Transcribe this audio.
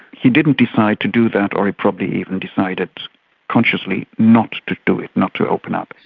he didn't decide to do that, or he probably even decided consciously not to do it, not to open up.